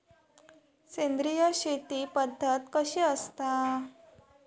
सेंद्रिय शेती पद्धत कशी असता?